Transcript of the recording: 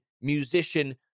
musician